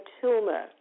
tumor